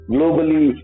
Globally